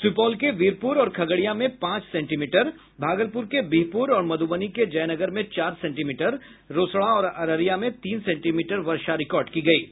सूपौल के वीरपूर और खगड़िया में पांच सेंटीमीटर भागलपूर के बिहपूर और मधूबनी के जयनगर में चार सेंटीमीटर रोसड़ा और अररिया में तीन सेंटीमीटर वर्षा रिकॉर्ड की गयी है